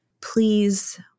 please